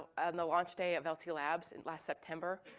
and the launch day of lc labs and last september.